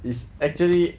it's actually